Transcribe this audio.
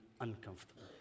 uncomfortable